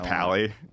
Pally